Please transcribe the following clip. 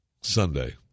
Sunday